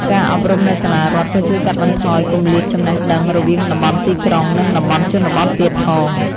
ការអប់រំនៅសាលារដ្ឋក៏ជួយកាត់បន្ថយគម្លាតចំណេះដឹង រវាងតំបន់ទីក្រុង និងតំបន់ជនបទទៀតផង។